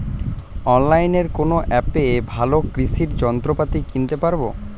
অনলাইনের কোন অ্যাপে ভালো কৃষির যন্ত্রপাতি কিনতে পারবো?